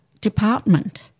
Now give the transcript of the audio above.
department